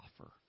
offer